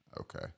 Okay